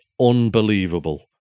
unbelievable